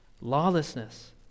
lawlessness